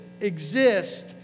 exist